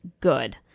good